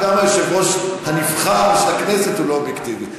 גם היושב-ראש הנבחר של הכנסת הוא לא אובייקטיבי,